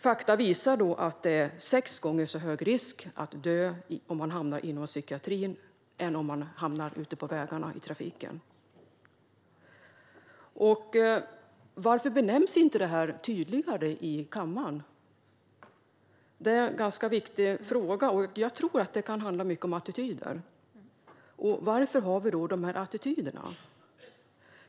Fakta visar att det är sex gånger så hög risk att dö om man hamnar inom psykiatrin som ute på vägarna i trafiken. Varför nämns inte det här tydligare i kammaren? Det är en ganska viktig fråga. Jag tror att det kan handla mycket om attityder. Varför har vi då de här attityderna?